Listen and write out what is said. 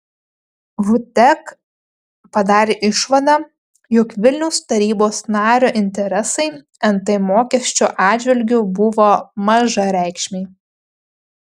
vtek padarė išvadą jog vilniaus tarybos nario interesai nt mokesčio atžvilgiu buvo mažareikšmiai